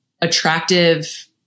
attractive